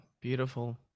beautiful